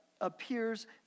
appears